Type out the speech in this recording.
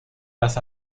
las